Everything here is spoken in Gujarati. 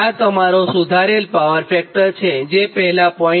આ તમારો સુધારેલ પાવર ફેક્ટર છેજે પહેલા 0